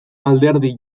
alderdi